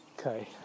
Okay